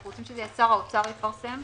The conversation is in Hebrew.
אנחנו רוצים ששר האוצר יפרסם.